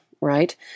right